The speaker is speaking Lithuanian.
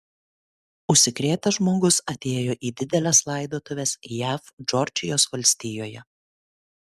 užsikrėtęs žmogus atėjo į dideles laidotuves jav džordžijos valstijoje